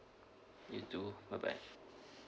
you too bye bye